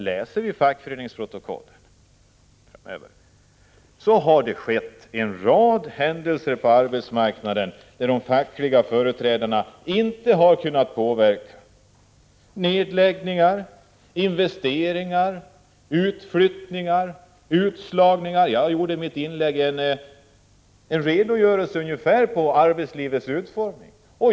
Läser vi fackföreningsprotokollen finner vi att det har hänt en rad saker på arbetsmarknaden, där de fackliga företrädarna inte har kunna påverka. Det gäller nedläggningar, investeringar, utflyttningar och utslagningar. I mitt inlägg gav jag en ungefärlig redogörelse för arbetslivets utformning.